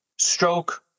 stroke